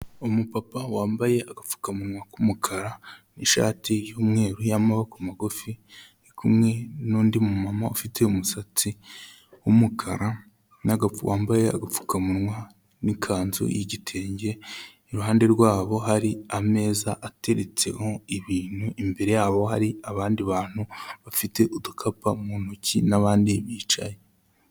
Umupapa wambaye agapfukamunwa k'umukara n'ishati y'umweru y'amaboko magufi ari kumwe n'undi mumama ufite umusatsi w'umukara wambaye wambaye agapfukamunwa n'ikanzu y'igitenge, iruhande rwabo hari ameza ateretseho ibintu, imbere yabo hari abandi bantu bafite udukapu mu ntoki n'abandi bicaye.